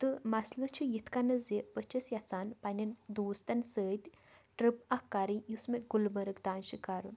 تہٕ مَسلہٕ چھُ یِتھ کَنۍ زِ بہٕ چھَس یَژھان پننیٚن دوستَن سۭتۍ ٹٕرٛپ اَکھ کَرٕنۍ یُس مےٚ گُلمَرٕگ تانۍ چھِ کَرُن